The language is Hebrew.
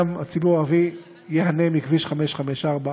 הרי גם הציבור הערבי ייהנה מכביש 554,